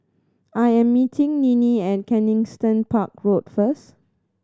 I am meeting Ninnie at Kensington Park Road first